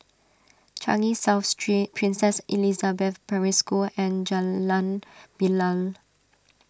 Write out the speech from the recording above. Changi South Street Princess Elizabeth Primary School and Jalan Bilal